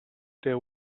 there